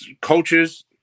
coaches